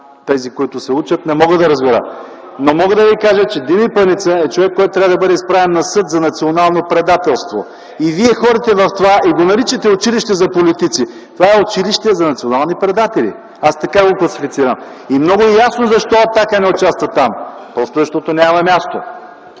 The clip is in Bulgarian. тези, които се учат, не мога да разбера? Но мога да ви кажа, че Дими Паница е човек, който трябва да бъде изправен на съд за национално предателство. И Вие наричате това училище за политици? Това е училище за национални предатели! Аз така го класифицирам. И много ясно защо „Атака” не участват там. Просто, защото нямаме място.